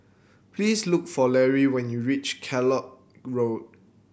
please look for Larry when you reach Kellock Road